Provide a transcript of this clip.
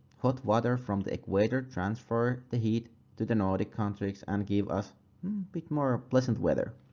hot water from the equator transfer the heat to the nordic countries and give us bit more pleasant weather.